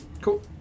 Cool